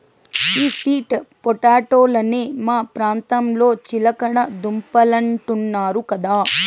ఈ స్వీట్ పొటాటోలనే మా ప్రాంతంలో చిలకడ దుంపలంటున్నారు కదా